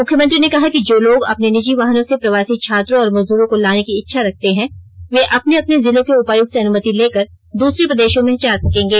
मुख्यमंत्री ने कहा कि जो लोग अपने निजी वाहनों से प्रवासी छात्रों और मजदूरों को लाने की इच्छा रखते हैं वे अपने अपने जिलों के उपायुक्त से अनुमति लेकर दूसरे प्रदेषों में जा सकेंगे